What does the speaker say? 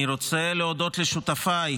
אני רוצה להודות לשותפיי,